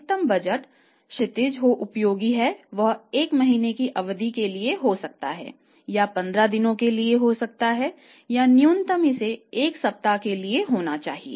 अधिकतम बजट क्षितिज जो उपयोगी है वह 1 महीने की अवधि के लिए हो सकता है या 15 दिनों के लिए हो सकता है और न्यूनतम इसे 1 सप्ताह के लिए होना चाहिए